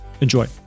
Enjoy